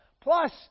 Plus